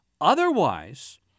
Otherwise